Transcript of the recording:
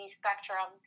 spectrum